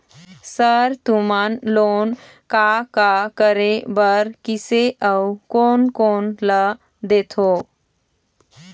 Sir तुमन loan का का करें बर, किसे अउ कोन कोन ला देथों?